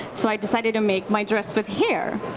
so i decided to make my dress with hair.